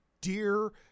dear